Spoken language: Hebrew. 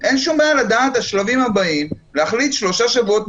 וזה כן אבסורד שנוצר שמותר להתעמל עד 10 אנשים בחוץ אבל לא אם יש